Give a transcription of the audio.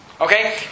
Okay